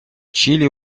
чили